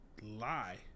lie